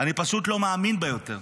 אני פשוט לא מאמין בה יותר.